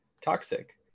toxic